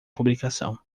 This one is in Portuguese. publicação